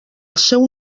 seu